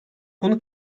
konu